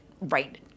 right